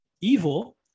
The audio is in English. evil